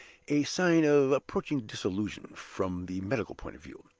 a sign of approaching dissolution, from the medical point of view.